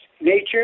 nature